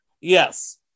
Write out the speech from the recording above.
Yes